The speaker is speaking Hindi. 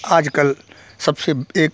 आज कल सबसे एक